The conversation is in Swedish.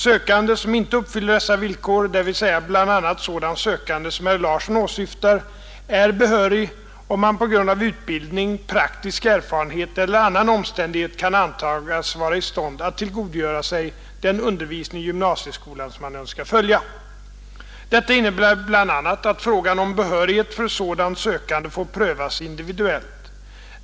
Sökande som inte uppfyller dessa villkor, dvs. bl.a. sådan sökande som herr Larsson åsyftar, är behörig om han på grund av utbildning, praktisk erfarenhet eller annan omständighet kan antagas vara i stånd att tillgodogöra sig den undervisning i gymnasieskolan som han önskar följa. Detta innebär bl.a. att frågan om behörighet för sådan sökande får prövas individuellt.